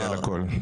רוויזיה על הכול.